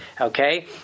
Okay